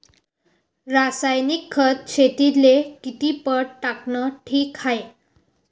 रासायनिक खत शेतीले किती पट टाकनं ठीक हाये?